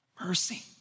mercy